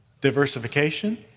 Diversification